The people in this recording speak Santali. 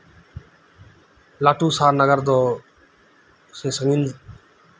ᱞᱟᱹᱴᱩ ᱥᱟᱦᱟᱨ ᱱᱟᱜᱟᱨ ᱫᱚ ᱥᱟᱺᱜᱤᱧ